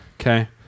Okay